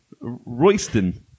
Royston